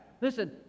Listen